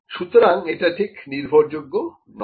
সুতরাং এটা ঠিক নির্ভরযোগ্য নয়